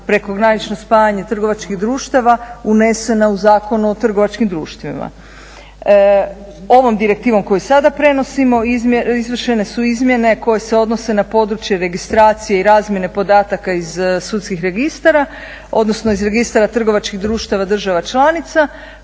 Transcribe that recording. prekogranično spajanje trgovačkih društava unese u Zakon o trgovačkim društvima. Ovom direktivom koju sada prenosimo izvršene su izmjene koje se odnose na područje registracije i razmjene podataka iz sudskih registara odnosno iz registara trgovačkih društava država članica